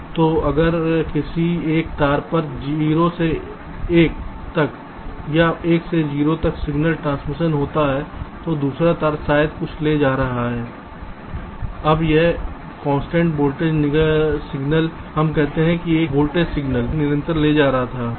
तो अगर किसी एक तार पर 0 से 1 तक या 1 से 0 तक एक सिगनल ट्रांसमिशन होता है तो दूसरा तार शायद कुछ ले जा रहा है यह एक कांस्टेंट वोल्टेज सिग्नल ले रहा था हम कहते हैं कि यह एक निरंतर ले जा रहा था वोल्टेज सिग्नल